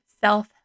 self